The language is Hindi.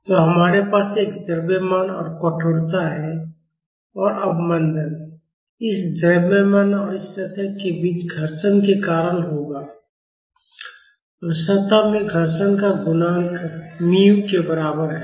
तो हमारे पास एक द्रव्यमान और कठोरता है और अवमंदन इस द्रव्यमान और इस सतह के बीच घर्षण के कारण होगा और सतह में घर्षण का गुणांक muµ के बराबर है